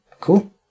Cool